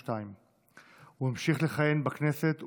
1982. הוא המשיך לכהן בכנסת,